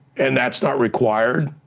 and that's not required.